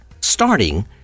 ...starting